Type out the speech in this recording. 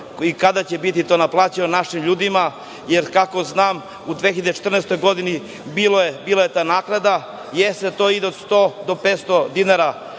kada će biti to naplaćeno našim ljudima? Jer, kako znam u 2014. godini bila je ta naknada. Za to ide od 100 do 500 dinara